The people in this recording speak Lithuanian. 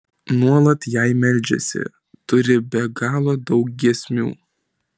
nuolat jai meldžiasi turi be galo daug giesmių